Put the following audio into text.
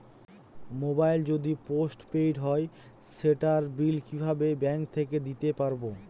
Mobile যদি postpaid হয় সেটার বিল কিভাবে ব্যাংক থেকে দিতে পারব?